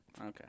Okay